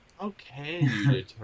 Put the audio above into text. Okay